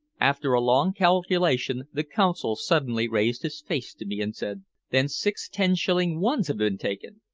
after a long calculation the consul suddenly raised his face to me and said then six ten shilling ones have been taken!